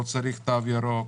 לא צריך תו ירוק.